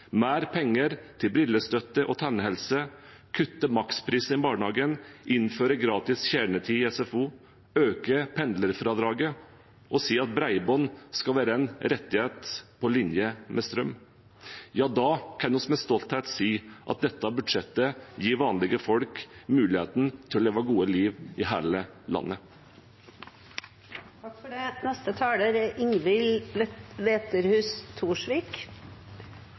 mer penger til brillestøtte og tannhelse, kutter maksprisen i barnehagen, innfører gratis kjernetid i SFO, øker pendlerfradraget og sier at bredbånd skal være en rettighet på linje med strøm, da kan vi med stolthet si at dette budsjettet gir vanlige folk muligheten til å leve et godt liv i hele landet. Venstre er opptatt av frihet og muligheter for den enkelte. Vi er